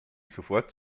sofort